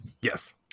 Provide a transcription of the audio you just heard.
yes